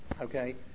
okay